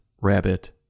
Rabbit